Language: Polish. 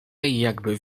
jakby